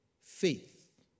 faith